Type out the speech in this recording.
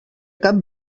cap